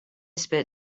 spit